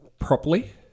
properly